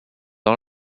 all